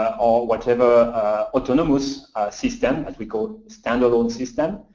or whatever autonomous system but we call standalone system.